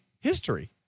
history